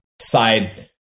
side